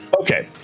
Okay